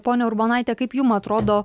ponia urbonaite kaip jum atrodo